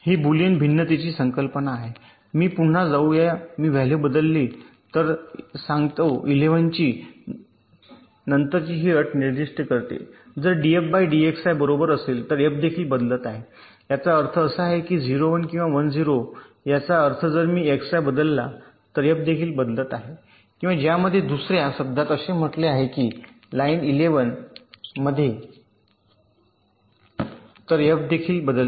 ही Boolean भिन्नतेची संकल्पना आहे मी पुन्हा जाऊ या मी व्हॅल्यू बदलली तर ते सांगते इलेव्हनची नंतर ही अट निर्दिष्ट करते की जर df dXi बरोबर असेल तर f देखील बदलत आहे याचा अर्थ असा आहे की हे 0 1 किंवा 1 0 आहे याचा अर्थ जर मी Xi बदलला तर f देखील बदलत आहे किंवा ज्यामध्ये दुसर्या शब्दात असे म्हटले आहे की लाईन इलेव्हन मधील कोणताही बदल बदलांच्या दृष्टीने आउटपुटवर प्रचार करीत आहेयाचा अर्थ जर इलेवन बदलले तर एफ देखील बदलते